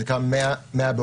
זה נקרא "100 באוריינות",